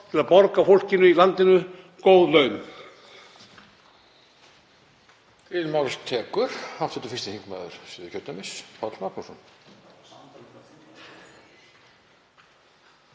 til að borga fólkinu í landinu góð laun.